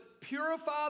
purify